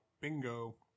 Bingo